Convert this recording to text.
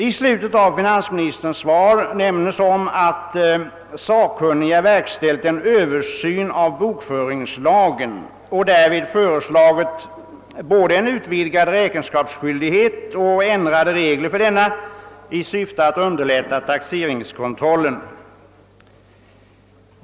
I slutet av finansministerns svar nämndes att sakkunniga verkställt en översyn av bokföringslagen och därvid före slagit både en utvidgad räkenskapsskyldighet och ändrade regler för denna i syfte att underlätta taxeringskontrollen.